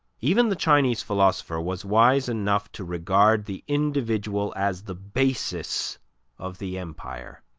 even the chinese philosopher was wise enough to regard the individual as the basis of the empire.